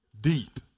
deep